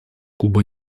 куба